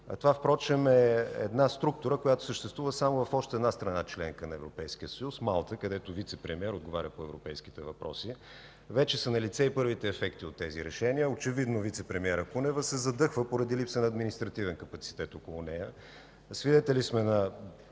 Това впрочем е една структура, която съществува само в още една страна – членка на Европейския съюз, Малта, където вицепремиер отговаря по европейските въпроси. Вече са налице и първите ефекти от тези решения. Очевидно вицепремиерът Кунева се задъхва, поради липса на административен капацитет около нея. Свидетели сме на